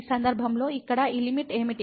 ఈ సందర్భంలో ఇప్పుడు ఇక్కడ ఈ లిమిట్ ఏమిటి